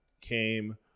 came